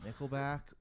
Nickelback